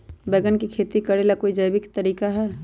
बैंगन के खेती भी करे ला का कोई जैविक तरीका है?